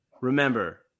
Remember